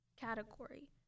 category